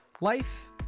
life